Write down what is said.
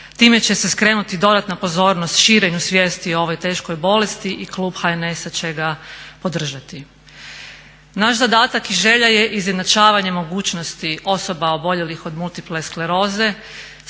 Time će se skrenuti dodatna pozornost širenju svijesti o ovoj teškoj bolesti i klub HNS-a će ga podržati. Naš zadatak i želja je izjednačavanje mogućnosti osoba oboljelih od multiple skleroze